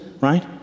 right